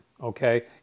okay